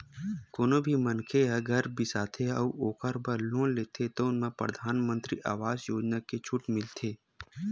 कोनो भी मनखे ह घर बिसाथे अउ ओखर बर लोन लेथे तउन म परधानमंतरी आवास योजना के छूट मिलथे